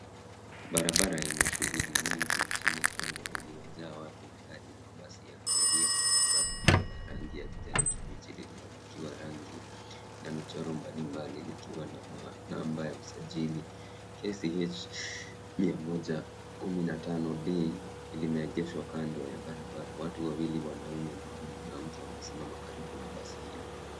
Barabara yenye shughuli nyingi nchini Kenya iliyojaa watu, magari na mabasi ya abiria. Basi kubwa la rangi ya kijani kibichi lililopakiwa rangi na michoro mbalimbali likiwa na ma- namba ya usajili KCH 115D limeegeshwa kando ya barabara. Watu wawili; mwanaume na mwanamke, wamesimama karibu na basi hilo.